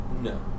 No